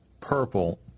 purple